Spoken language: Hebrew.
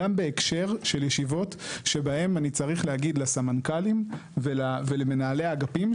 גם בהקשר של ישיבות שבהן אני צריך להגיד לסמנכ"לים ולמנהלי האגפים,